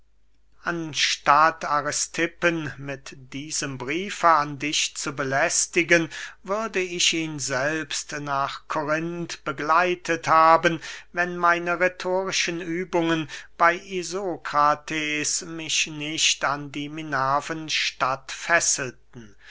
anstatt aristippen mit diesem briefe an dich zu belästigen würde ich ihn selbst nach korinth begleitet haben wenn meine rhetorischen übungen bey isokrates mich nicht an die minervenstadt fesselten